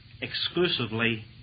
exclusively